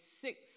six